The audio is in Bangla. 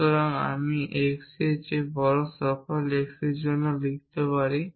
সুতরাং আমি x e এর চেয়ে বড় সকল x এর জন্য লিখতে পারি